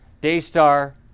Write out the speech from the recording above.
Daystar